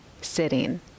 sitting